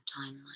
timeline